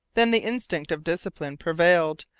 then the instinct of discipline prevailed,